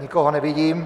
Nikoho nevidím.